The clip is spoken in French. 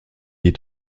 est